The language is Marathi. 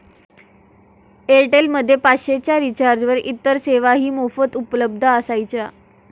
एअरटेल मध्ये पाचशे च्या रिचार्जवर इतर सेवाही मोफत उपलब्ध असायच्या